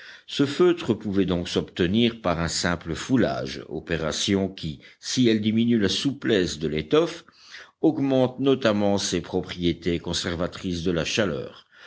ce feutre pouvait donc s'obtenir par un simple foulage opération qui si elle diminue la souplesse de l'étoffe augmente notamment ses propriétés conservatrices de la chaleur